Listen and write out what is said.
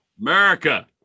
America